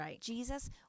Jesus